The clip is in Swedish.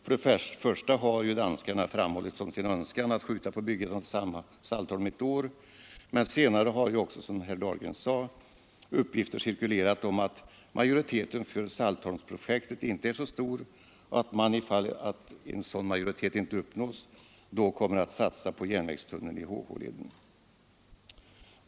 Först och främst har ju danskarna framhållit som sin önskan att skjuta på byggandet av Saltholm ett år, men senare har också — som herr Dahlgren sade — uppgifter cirkulerat om att majoriteten för Saltholmsprojektet inte är så stor och att man ifall en sådan majoritet inte uppnås kommer att satsa på järnvägstunneln i HH-leden.